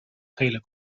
gele